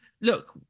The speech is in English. Look